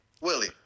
Willie